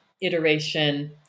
iteration